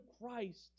Christ